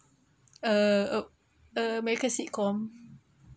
uh uh uh america sitcom